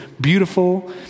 beautiful